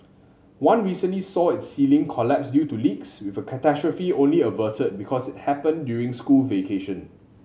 one recently saw its ceiling collapse due to leaks with a catastrophe only averted because it happened during school vacation